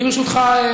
אני, ברשותך,